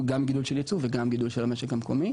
גם גידול של ייצוא וגם גידול של המשק המקומי,